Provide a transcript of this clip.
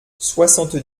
soixante